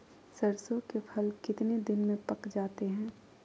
सरसों के फसल कितने दिन में पक जाते है?